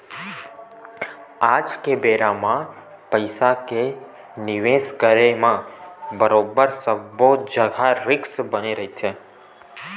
आज के बेरा म पइसा के निवेस करे म बरोबर सब्बो जघा रिस्क बने रहिथे